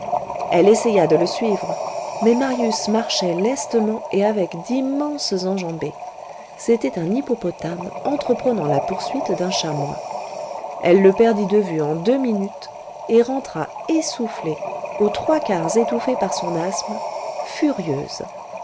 elle essaya de le suivre mais marius marchait lestement et avec d'immenses enjambées c'était un hippopotame entreprenant la poursuite d'un chamois elle le perdit de vue en deux minutes et rentra essoufflée aux trois quarts étouffée par son asthme furieuse